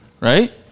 right